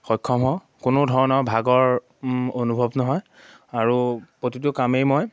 সক্ষম হওঁ কোনো ধৰণৰ ভাগৰ অনুভৱ নহয় আৰু প্ৰতিটো কামেই মই